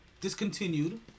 discontinued